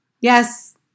Yes